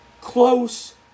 close